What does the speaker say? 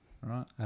Right